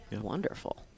Wonderful